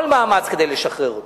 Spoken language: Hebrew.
כל מאמץ, כדי לשחרר אותו,